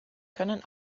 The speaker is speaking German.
können